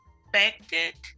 expected